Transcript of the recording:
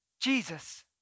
Jesus